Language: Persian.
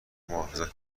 محافظت